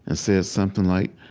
and said something like,